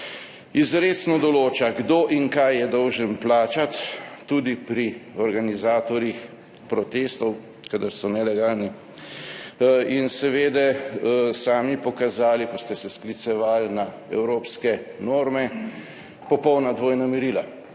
izrecno določa, kdo in kaj je dolžan plačati tudi pri organizatorjih protestov, kadar so nelegalni, in seveda sami pokazali, ko ste se sklicevali na evropske norme, popolnoma dvojna merila.